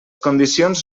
condicions